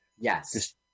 Yes